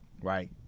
right